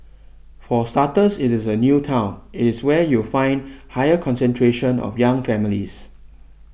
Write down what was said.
for starters it is a new town it is where you'll find higher concentration of young families